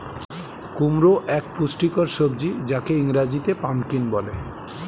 কুমড়ো এক পুষ্টিকর সবজি যাকে ইংরেজিতে পাম্পকিন বলে